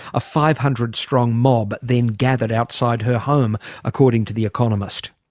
a five hundred strong mob then gathered outside her home according to the economist.